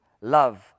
love